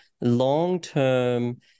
long-term